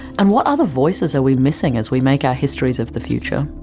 and what other voices are we missing as we make our histories of the future?